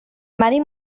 many